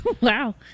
Wow